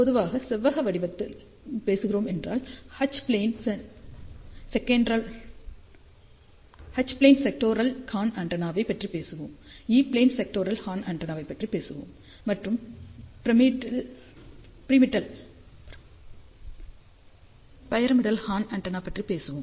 பொதுவாக செவ்வக வடிவத்தில் பேசுகிறோம் என்றால் எச் ப்ளேன் செக்டோரல் ஹார்ன் ஆண்டெனாவைப் பற்றி பேசுவோம் E plane sectoral horn antenna பற்றி பேசுவோம் மற்றும் பிரமிடல் ஹார்ன் ஆண்டெனா பற்றி பேசுவோம்